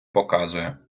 показує